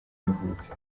yavutse